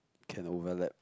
can overlap